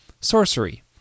Sorcery